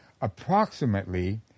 approximately